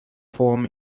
form